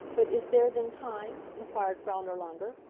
but is there then time? inquired frau nirlanger.